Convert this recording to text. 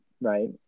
right